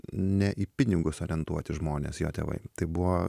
ne į pinigus orientuoti žmonės jo tėvai tai buvo